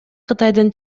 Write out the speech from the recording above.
кытайдын